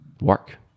work